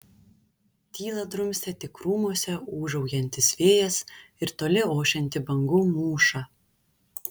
tylą drumstė tik krūmuose ūžaujantis vėjas ir toli ošianti bangų mūša